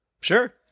Sure